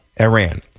Iran